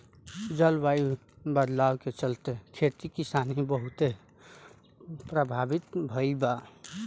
जलवायु बदलाव के चलते, खेती किसानी बहुते प्रभावित भईल बा